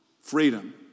freedom